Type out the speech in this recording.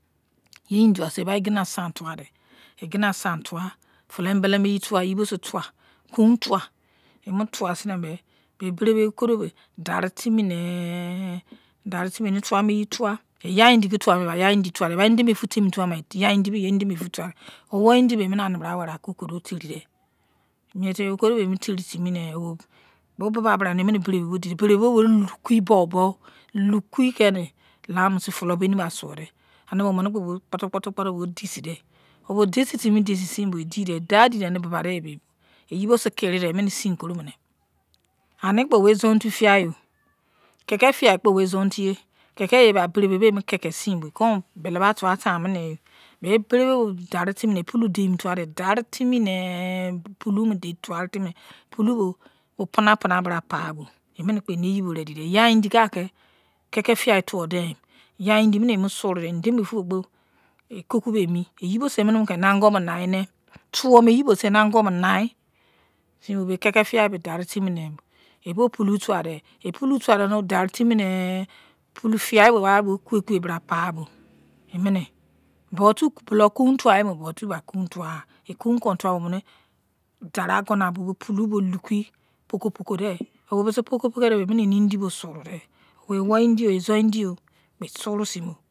Ye indi tuwasin eba egina tuwadei fulo embele mo yi bosei emotuwa kon tuwa, emotuwa seinebe bei okudo bei dari timi nei enituwa emiyibo seiyi tuwa ya-indikon tuwamikpo emi tuwadei edemefu kpo efuwadei owu indi mei emianibra weridei emini otiridei mietimi bei okudo bei emoteri timi nei bo bubabra emi bo emi beribo ebimo temi didei lukiyi boibo deimu laiseindosei fulo beni mai suyodei anebo amikpo kputo kputo bo deisei dei bo deisei timi ne deisei bo dadidei yeibo sei kirida emini osin kuromodon anikpo wei izon-otun ye kike ye ba beribe bo emo kekesinbo yai bene tuwa daride bei beribe bon daritani neibo emeni pulon deimutuwa dei pula bo pina pina bra baibo emi eni yai-indi bo surodei, edemefu kpo kokabume yeibosei emeni kon aki eneakon bai nai bei keko fiyai bei dari timi nei eboi pulon towaidei pulon fiyai mei daritimine bo kuweikuwei bra paibo zuotu kuon tuwa emo zuotu bai otuwa-ya. Ekoun tuwa bo omine dari ogono mune, pulu bo lukiyi opukodei obise opukodei emine ene-indi surudei, wei owu-indi or yai-indi bei suru sein bo